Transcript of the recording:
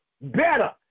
better